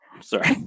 Sorry